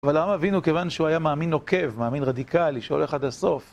ולאברהם אבינו כיוון שהוא היה מאמין עוקב, מאמין רדיקלי, שהולך עד הסוף.